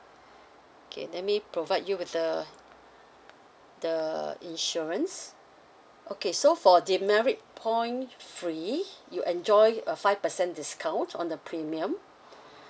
K let me provide you with the the insurance okay so for demerit point free you enjoy a five percent discount on the premium